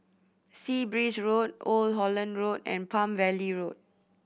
Sea Breeze Road Old Holland Road and Palm Valley Road